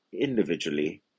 individually